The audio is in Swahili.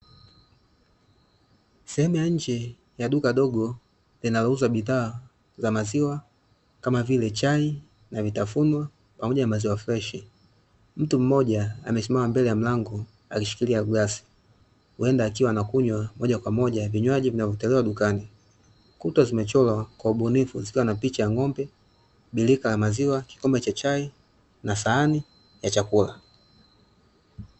Sehemu ya nje ya duka dogo inayouza bídhaa za maziwa kama vile chai na vitafunwa pamoja na maziwa freshi . Mtu mmoja akiwaamesima kwenye mlango ameshukilia glasi huwenda anakunywa moja kwa moja vinywaji vinavyotolewa dukani , Kuta zimechorwa kwa ubunifu zikiwa na picha ya ngombe, birika la maziwa, kikombe cha chai na sahani ya chakula.